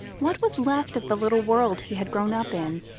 what was left of the little world he had grown up in,